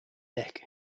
deck